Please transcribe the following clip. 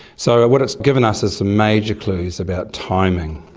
so what it's given us is major clues about timing,